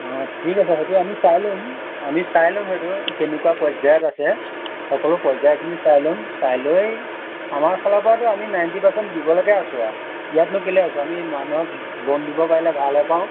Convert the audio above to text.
অঁ ঠিক আছে সেইটো আমি চাই ল'ম আমি চাই ল'ম হয়তো কেনেকুৱা পৰ্যায়ত আছে সকলো পৰ্যায়খিনি চাই ল'ম চাই লৈ আমাৰফালৰপৰাটো আমি নাইনটি পাৰ্চেণ্ট দিবলৈকে আছো আৰু ইয়াতনো কেলৈ আছো আমি মানুহক লোণ দিবৰ পাৰিলে ভালহে পাওঁ